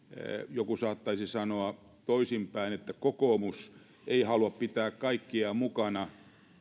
joku saattaisi sanoa toisinpäin että kokoomus ei halua pitää kaikkia mukana